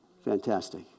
Fantastic